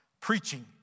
preaching